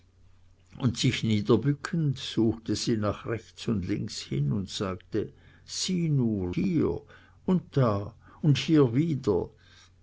und sich niederbückend suchte sie nach rechts und links hin und sagte sieh nur hier und da und hier wieder